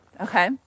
okay